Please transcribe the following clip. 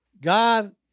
God